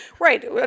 Right